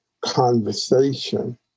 conversation